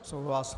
Souhlas.